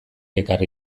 ekarri